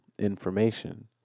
information